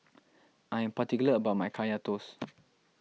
I am particular about my Kaya Toast